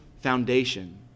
foundation